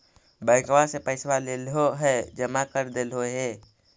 बैंकवा से पैसवा लेलहो है जमा कर देलहो हे?